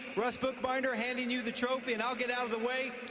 russ bookbinder, handing you the trophy, and i'll get out of the way,